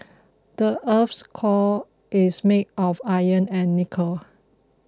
the earth's core is made of iron and nickel